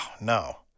no